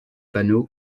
panneaux